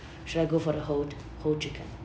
should I go for the whole whole chicken